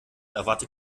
erwarte